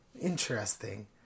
Interesting